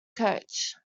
coach